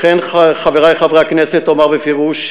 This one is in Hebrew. לכן, חברי חברי הכנסת, אומר בפירוש: